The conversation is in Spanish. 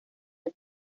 hay